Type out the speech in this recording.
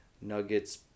Nuggets